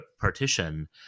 partition